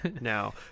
Now